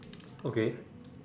okay